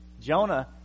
Jonah